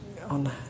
on